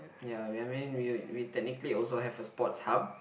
ya I mean we we technically also have a Sports Hub